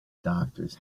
doctors